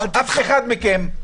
אף אחד מכם.